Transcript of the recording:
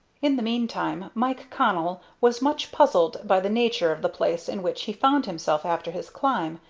in the meantime mike connell was much puzzled by the nature of the place in which he found himself after his climb,